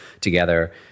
together